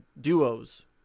duos